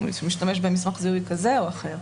אם להשתמש במסמך זיהוי כזה או אחר.